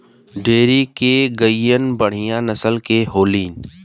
dairy के गईया बढ़िया नसल के होली